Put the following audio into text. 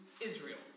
Israel